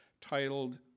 titled